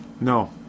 no